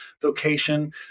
vocation